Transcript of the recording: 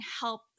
help